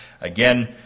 Again